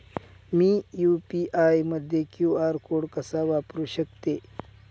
मी UPI मध्ये QR code कसा वापरु शकते?